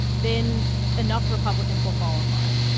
then enough republicans will fall in line.